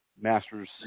Masters